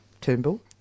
Turnbull